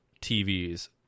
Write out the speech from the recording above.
TVs